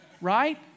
Right